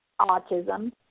autism